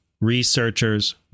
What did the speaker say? Researchers